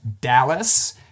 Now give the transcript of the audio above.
Dallas